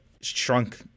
shrunk